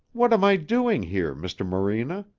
what am i doing here, mr. morena?